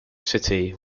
city